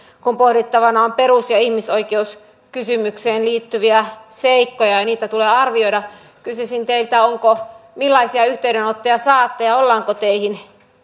kun pohdittavana on perus ja ihmisoikeuskysymykseen liittyviä seikkoja ja niitä tulee arvioida kysyisin teiltä millaisia yhteydenottoja saatte ja ollaanko teihin